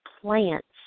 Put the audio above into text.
plants